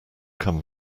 come